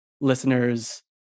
listeners